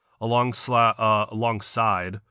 alongside